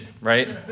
right